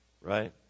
right